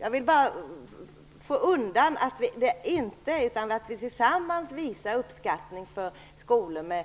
Jag vill bara få klargjort att vi tillsammans vill visa uppskattning för skolor med